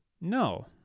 No